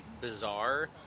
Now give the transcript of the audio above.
bizarre